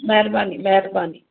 महिरबानी महिरबानी